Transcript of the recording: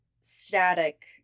static